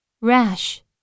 rash